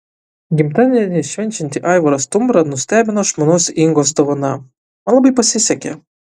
gimtadienį švenčiantį aivarą stumbrą nustebino žmonos ingos dovana man labai pasisekė